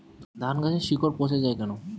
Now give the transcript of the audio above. ধানগাছের শিকড় পচে য়ায় কেন?